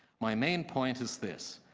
my main point is this.